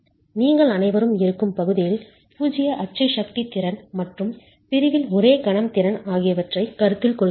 நீங்கள் அனைவரும் இருக்கும் பகுதியில் பூஜ்ஜிய அச்சு சக்தி திறன் மற்றும் பிரிவில் ஒரே கணம் திறன் ஆகியவற்றைக் கருத்தில் கொள்கிறீர்கள்